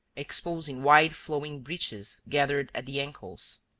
exposing wide flowing breeches gathered at the ankles.